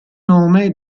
nome